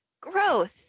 growth